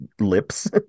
lips